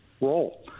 role